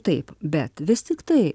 taip bet vis tik tai